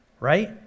Right